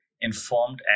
informed